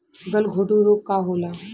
गलघोटू रोग का होला?